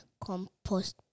compost